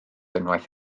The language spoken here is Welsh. unwaith